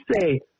say